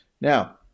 Now